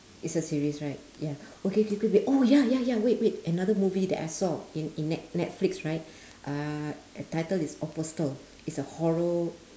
it's a series right ya okay K K wait oh ya ya ya wait wait another movie that I saw in in net~ netflix right uh title is apostle it's a horror